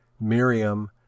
Miriam